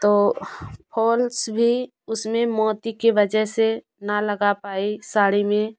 तो फ़ोल्स भी उसमें मोती के वजह से ना लगा पाई साड़ी में